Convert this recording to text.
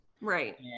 Right